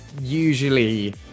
usually